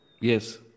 Yes